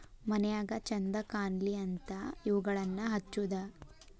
ಮನ್ಯಾಗ ಚಂದ ಕಾನ್ಲಿ ಅಂತಾ ಇವುಗಳನ್ನಾ ಹಚ್ಚುದ